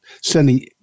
sending